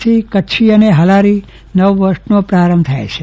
આજથી કચ્છી અને હાલારી નવ વર્ષનો પ્રારંભ થયો છે